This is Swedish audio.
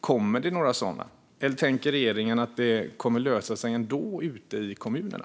Kommer det några sådana, eller tänker regeringen att det kommer att lösa sig ändå ute i kommunerna?